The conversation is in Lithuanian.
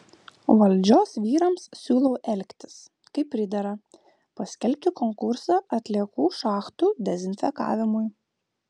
valdžios vyrams siūlau elgtis kaip pridera paskelbti konkursą atliekų šachtų dezinfekavimui